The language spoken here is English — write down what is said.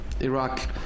Iraq